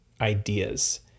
ideas